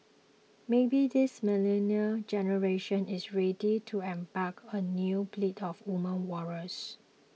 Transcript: maybe this millennial generation is ready to embrace a new breed of women warriors